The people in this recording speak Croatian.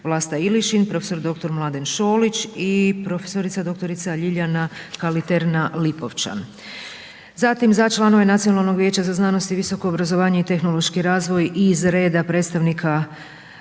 Vlasta Ilišin, prof.dr. Mladen Šolić i prof.dr. Ljiljana Kaliterna Lipovčan. Zatim za članove Nacionalnog vijeća za znanost, visoko obrazovanje i tehnološki razvoj iz reda predstavnika